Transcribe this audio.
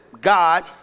God